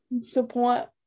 support